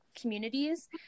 communities